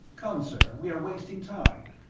come, sir, we are wasting time.